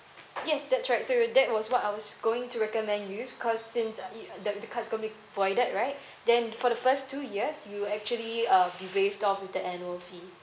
yes that's right so that was what I was going to recommend you because since uh you the the cards going to be voided right then for the first two years you actually uh be waived off with the annual fee